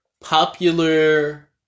popular